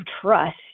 trust